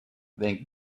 then